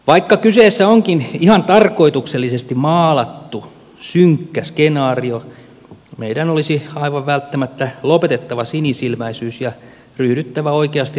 vaikka kyseessä onkin ihan tarkoituksellisesti maalattu synkkä skenaario meidän olisi aivan välttämättä lopetettava sinisilmäisyys ja ryhdyttävä oikeasti rohkeisiin toimenpiteisiin